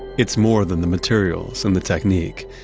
it's more than the materials and the technique.